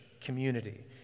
community